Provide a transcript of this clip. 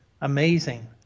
amazing